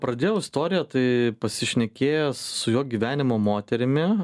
pradėjau istoriją tai pasišnekėjęs su jo gyvenimo moterimi